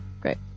Great